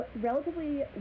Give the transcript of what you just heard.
relatively